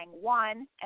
One